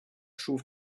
schuf